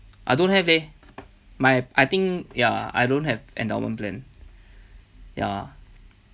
I don't have leh my I think ya I don't have endowment plan ya